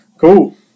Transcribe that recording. Cool